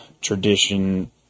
tradition